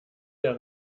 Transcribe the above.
der